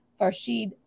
Farshid